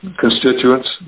constituents